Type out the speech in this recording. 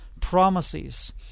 promises